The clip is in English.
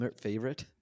favorite